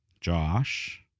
Josh